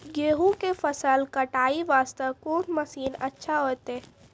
गेहूँ के फसल कटाई वास्ते कोंन मसीन अच्छा होइतै?